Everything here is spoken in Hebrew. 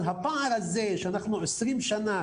על הפער הזה שאנחנו 20 שנה